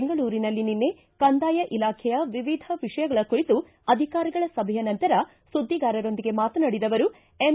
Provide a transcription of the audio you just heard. ಬೆಂಗಳೂರಿನಲ್ಲಿ ನಿನ್ನೆ ಕಂದಾಯ ಇಲಾಖೆಯ ವಿವಿಧ ವಿಷಯಗಳ ಕುರಿತು ಅಧಿಕಾರಿಗಳ ಸಭೆಯ ನಂತರ ಸುದ್ದಿಗಾರರೊಂದಿಗೆ ಮಾತನಾಡಿದ ಅವರು ಎಂ